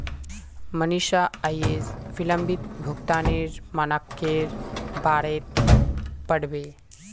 मनीषा अयेज विलंबित भुगतानेर मनाक्केर बारेत पढ़बे